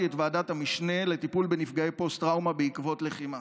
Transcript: את ועדת המשנה לטיפול בנפגעי פוסט-טראומה בעקבות לחימה,